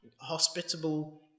hospitable